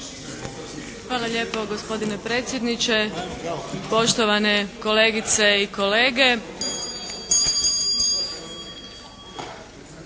Hvala lijepo gospodine predsjedniče, poštovane kolegice i kolege.